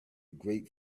great